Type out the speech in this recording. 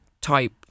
type